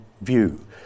view